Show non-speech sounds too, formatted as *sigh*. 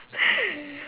*noise*